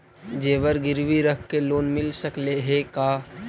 जेबर गिरबी रख के लोन मिल सकले हे का?